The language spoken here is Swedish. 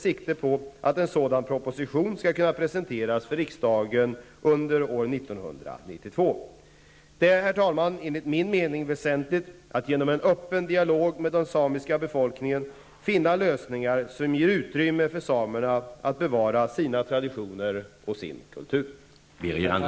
Varje dag skadas många människor av minor och sjukvården är i det närmaste obefintlig. Mat behövs. Min fråga är: Är statsrådet beredd att anslå katastrofhjälp till de irakiska kurderna?